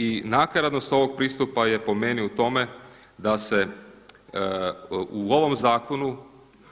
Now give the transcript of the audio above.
I nakaradnost ovog pristupa je po meni u tome da se u ovom zakonu